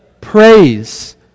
praise